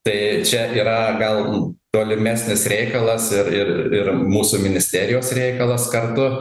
tai čia yra gal tolimesnis reikalas ir ir ir mūsų ministerijos reikalas kartu